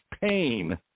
pain